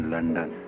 London